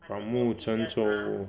反目成仇